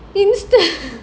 instant